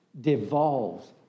devolves